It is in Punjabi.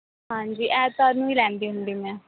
ਹਾਂਜੀ ਐਤਵਾਰ ਨੂੰ ਹੀ ਲੈਂਦੀ ਹੁੰਦੀ ਮੈਂ